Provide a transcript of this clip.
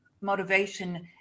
motivation